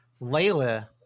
Layla